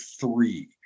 three